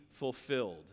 Fulfilled